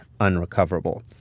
unrecoverable